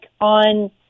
on